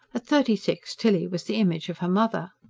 thirty-six tilly was the image of her mother.